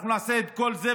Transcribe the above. אנחנו נעשה את כל זה,